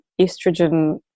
estrogen